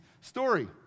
story